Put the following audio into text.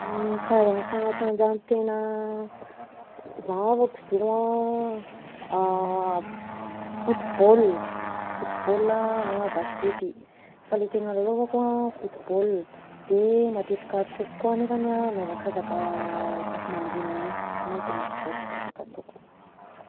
Karazana fanatanjahantena zahavako zao a football, football a na baskety fa le tegna lalaovako a football de matetiky ataoko koa nefany a miazakazaka isaky mandraigna iny, igny no tegna sport sy tapaka ataoko.